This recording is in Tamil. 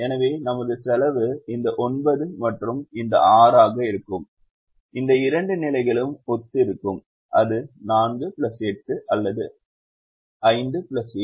எனவே நமது செலவு இந்த 9 மற்றும் இந்த 6 ஆக இருக்கும் இந்த இரண்டு நிலைகளுக்கு ஒத்திருக்கும் அது 4 8 அல்லது அது 5 7